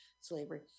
slavery